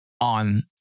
on